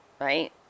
Right